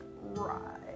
Right